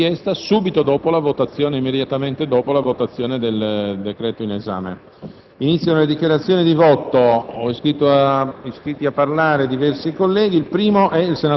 La richiesta è stata formulata alle ore 17, ma ora sono le ore 19,30. Prevedendo dichiarazioni di voto, non vorrei mai pensare - non sono così maligno